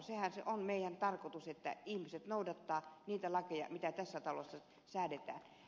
sehän se on meidän tarkoituksemme että ihmiset noudattavat niitä lakeja mitä tässä talossa säädetään